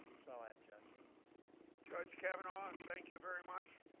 so all i have. judge judge kavanaugh, thank you very much.